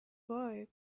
boy